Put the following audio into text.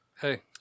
Hey